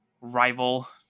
rival